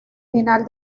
final